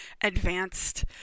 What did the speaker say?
advanced